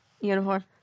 uniform